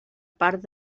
part